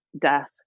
death